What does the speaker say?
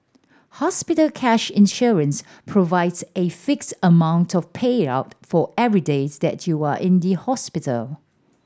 hospital cash insurance provides a fixed amount of payout for every days that you are in the hospital